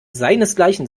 seinesgleichen